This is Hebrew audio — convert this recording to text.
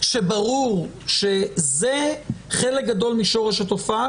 שברור שזה חלק גדול משורש התופעה,